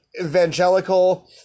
evangelical